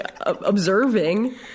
observing